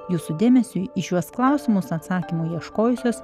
jūsų dėmesiui į šiuos klausimus atsakymų ieškojusios